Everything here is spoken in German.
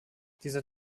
dieser